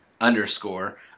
underscore